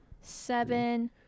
Seven